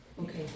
Okay